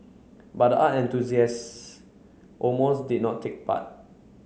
but the art enthusiast almost did not take part